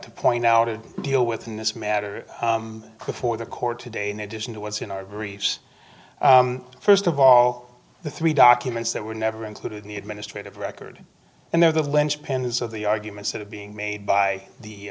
to point out to deal with in this matter before the court today in addition to what's in our briefs first of all the three documents that were never included in the administrative record and the linchpins of the arguments that are being made by the